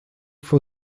for